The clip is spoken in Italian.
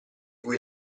cui